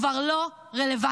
כבר לא רלוונטיים.